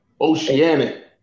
oceanic